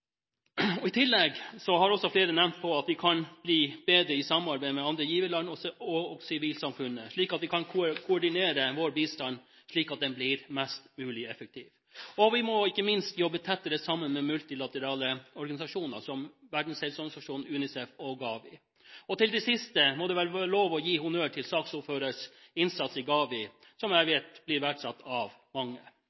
I tillegg har også flere nevnt at vi kan bli bedre, i samarbeid med andre giverland og med sivilsamfunnet, at vi kan koordinere vår bistand slik at den blir mest mulig effektiv. Og vi må, ikke minst, jobbe tettere sammen med multilaterale organisasjoner, som WHO, UNICEF og GAVI. Til det siste må det vel være lov til å gi honnør for saksordførerens innsats i GAVI, som jeg